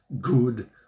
good